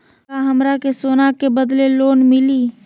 का हमरा के सोना के बदले लोन मिलि?